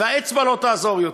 והאצבע לא תעזור יותר.